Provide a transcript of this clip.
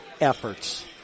efforts